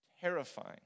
terrifying